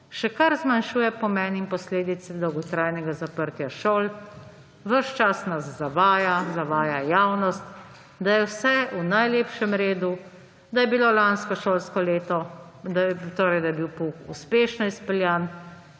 še kar zmanjšuje pomen in posledice dolgotrajnega zaprtja šol. Ves čas na zavaja, zavaja javnost, da je vse v najlepšem redu, da je bilo lansko šolsko leto pouk uspešno izpeljan